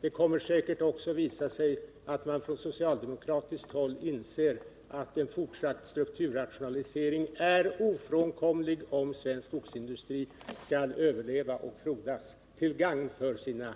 Det kommer säkert också att visa sig att man från socialdemokratiskt håll inser att en fortsatt strukturomvandling är ofrånkomlig om svensk skogsindustri skall överleva och frodas, till gagn för dess